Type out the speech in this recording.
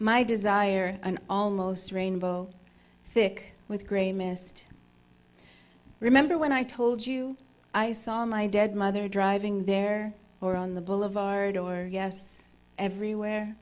my desire an almost rainbow thick with grey mist i remember when i told you i saw my dead mother driving there or on the boulevard or yes everywhere